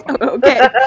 Okay